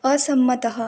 असम्मतः